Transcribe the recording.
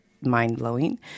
mind-blowing